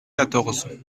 quatorze